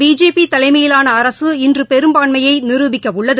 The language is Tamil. பிஜேபிதலைமையிலானஅரசுஇன்றுபெரும்பான்மையைநிருபிக்கஉள்ளது